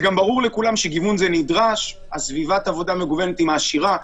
גם ברור לכולם שגיוון נדרש וסביבת עבודה מגוונת מעשירה,